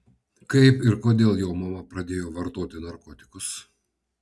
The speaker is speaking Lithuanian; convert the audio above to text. kaip ir kodėl jo mama pradėjo vartoti narkotikus